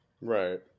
Right